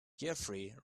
jeffery